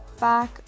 back